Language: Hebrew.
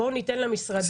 בואו ניתן למשרדים.